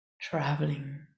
traveling